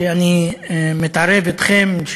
שאני מתערב אתכם,